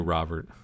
Robert